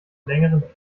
längeren